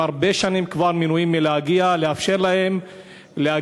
הם הרבה שנים כבר מנועים מלהגיע, לאפשר להם להגיע.